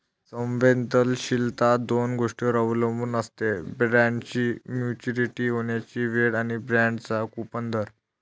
संवेदनशीलता दोन गोष्टींवर अवलंबून असते, बॉण्डची मॅच्युरिटी होण्याची वेळ आणि बाँडचा कूपन दर